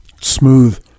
Smooth